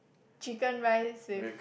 chicken rice with